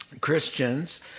Christians